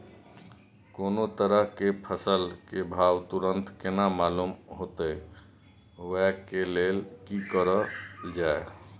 कोनो तरह के फसल के भाव तुरंत केना मालूम होते, वे के लेल की करल जाय?